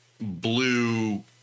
Blue